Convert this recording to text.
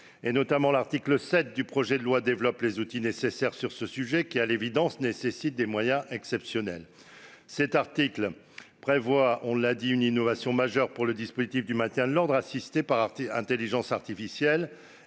Les articles 6 à 13 du projet de loi déploient les outils nécessaires sur ce sujet qui, à l'évidence, nécessite des moyens exceptionnels. En particulier, l'article 7 prévoit une innovation majeure pour le dispositif du maintien de l'ordre assisté par intelligence artificielle